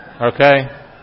okay